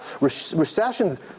Recessions